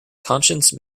conscience